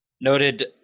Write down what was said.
Noted